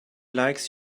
likes